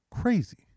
crazy